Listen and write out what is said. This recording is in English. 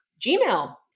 Gmail